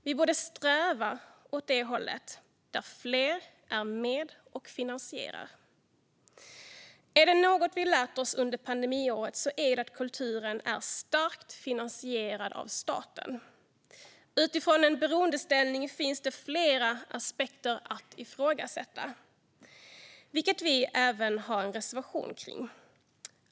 Vi borde sträva åt det hållet där fler är med och finansierar. Är det något vi har lärt oss under pandemiåret är det att kulturen är starkt beroende av statlig finansiering. Utifrån denna beroendeställning finns det flera aspekter att ifrågasätta, vilket vi även har en reservation om.